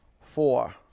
four